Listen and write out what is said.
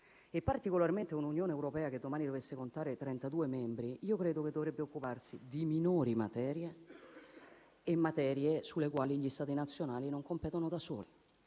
In particolare, un'Unione europea che domani dovesse contare 32 membri credo che dovrebbe occuparsi di minori materie e di materie sulle quali gli Stati nazionali non competono da soli.